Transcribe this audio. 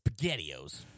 spaghettios